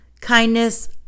kindness